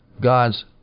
God's